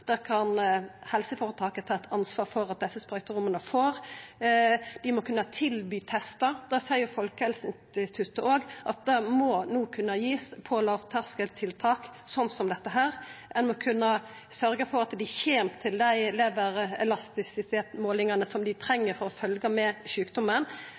kan helseføretaket ta eit ansvar for at desse sprøyteromma får. Dei må kunna tilby testar. Òg Folkehelseinstituttet seier at det må ein no kunne gi som eit lågterskeltiltak, slik som dette. Ein må kunna sørgja for at dei kjem til dei leverelastisitetsmålingane som dei treng for å følgja med på sjukdommen.